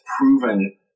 proven